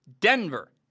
Denver